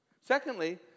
Secondly